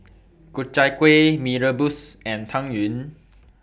Ku Chai Kuih Mee Rebus and Tang Yuen